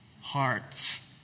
hearts